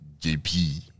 JP